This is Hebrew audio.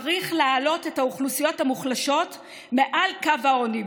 צריך להעלות את האוכלוסיות המוחלשות מעל קו העוני,